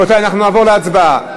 נעבור להצבעה.